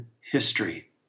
history